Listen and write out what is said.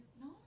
No